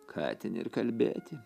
ką ten ir kalbėti